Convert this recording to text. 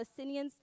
Palestinians